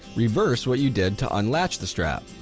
reverse what you did to unlatch the strap,